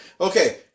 Okay